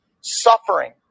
suffering